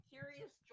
Curious